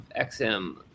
XM